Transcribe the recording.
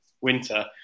winter